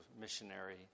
missionary